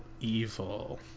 Evil